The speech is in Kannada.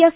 ಎಸ್